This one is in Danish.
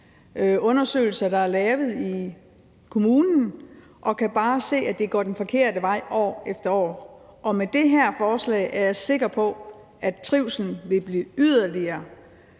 trivselsundersøgelser, der er lavet i kommunen, og kan bare se, at det går den forkerte vej år efter år. Med det her forslag er jeg sikker på at trivslen vil blive sat yderligere